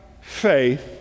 faith